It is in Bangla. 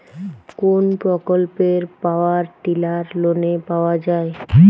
কোন প্রকল্পে পাওয়ার টিলার লোনে পাওয়া য়ায়?